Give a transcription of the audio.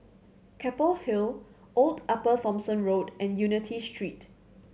Keppel Hill Old Upper Thomson Road and Unity Street